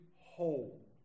whole